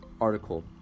article